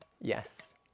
Yes